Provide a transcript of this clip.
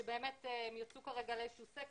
כרגע הם יצאו לאיזשהו סקר,